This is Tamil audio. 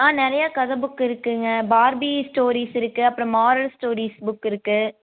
ஆ நிறையா கதை புக் இருக்குங்க பார்பி ஸ்டோரிஸ் இருக்கு அப்புறம் மார்வெல் ஸ்டோரிஸ் புக் இருக்கு